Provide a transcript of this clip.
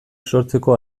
sortzeko